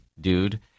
dude